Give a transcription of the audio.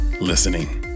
listening